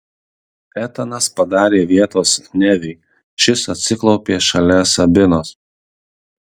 etanas padarė vietos neviui šis atsiklaupė šalia sabinos